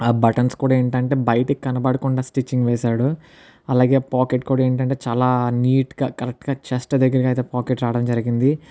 ఆ బటన్స్ కూడా ఏంటంటే బయట కనబడకుండా స్టిచ్చింగ్ వేసాడు అలాగే పాకెట్ కూడా ఏంటంటే చాలా నీట్ గా కరెక్ట్ గా చెస్ట్ దగ్గరికి అయితే పాకెట్ రావడం జరిగింది